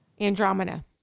Andromeda